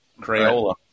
Crayola